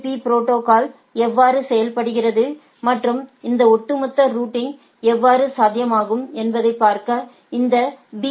பீ protocol எவ்வாறு செயல்படுகிறது மற்றும் இந்த ஒட்டுமொத்த ரூட்டிங் எவ்வாறு சாத்தியமாகும் என்பதைப் பார்க்க இந்த பி